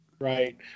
Right